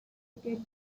defeated